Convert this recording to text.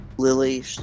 Lily